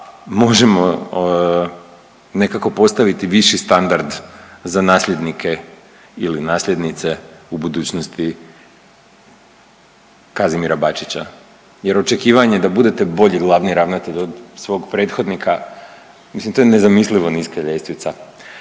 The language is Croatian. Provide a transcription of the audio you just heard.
možemo nekako postaviti viši standard za nasljednike ili nasljednice u budućnosti Kazimira Bačića jer očekivanje da budete bolji glavni ravnatelj od svog prethodnika mislim to je nezamislivo niska ljestvica,